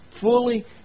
Fully